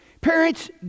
parents